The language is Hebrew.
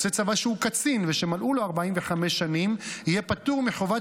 יוצא צבא שהוא קצין ושמלאו לו 45 שנים יהיה פטור מחובת